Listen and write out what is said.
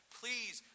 please